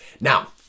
Now